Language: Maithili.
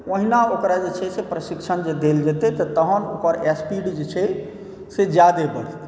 ओहिना ओकरा जे छै से प्रशिक्षण जे देल जेतै तऽ तहन ओकर स्पीड जे छै से ज्यादे बढ़तै